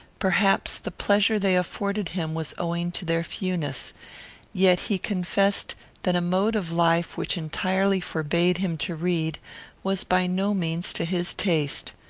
perhaps, the pleasure they afforded him was owing to their fewness yet he confessed that a mode of life which entirely forbade him to read was by no means to his taste.